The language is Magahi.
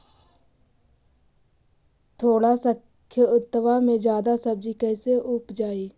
थोड़ा सा खेतबा में जादा सब्ज़ी कैसे उपजाई?